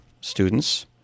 students